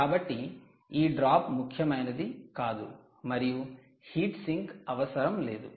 కాబట్టి ఈ డ్రాప్ ముఖ్యమైనది కాదు మరియు 'హీట్ సింక్' అవసరం లేదు